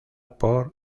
por